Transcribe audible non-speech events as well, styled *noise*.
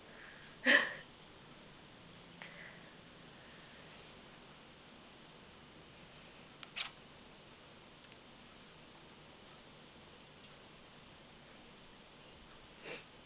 *laughs*